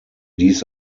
dies